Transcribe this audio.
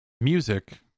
Music